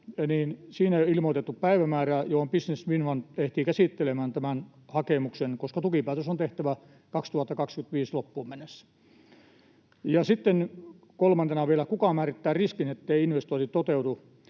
ei ole ilmoitettu päivämäärää, johon mennessä Business Finland ehtii käsittelemään tämän hakemuksen. Tukipäätös on tehtävä vuoden 2025 loppuun mennessä. Ja sitten neljäntenä vielä: kuka määrittää riskin sille, etteivät investoinnit toteudu?